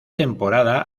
temporada